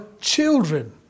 children